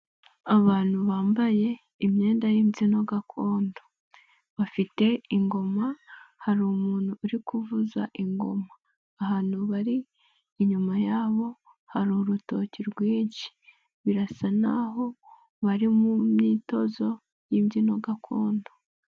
Abantu bambaye imyenda y'imbyino gakondo, bafite ingoma hari umuntu uri kuvuza ingoma. Ahantu bari inyuma yabo hari urutoki rwinshi, birasa naho bari mu myitozo y'imbyino gakondo.